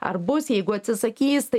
ar bus jeigu atsisakys tai